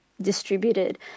distributed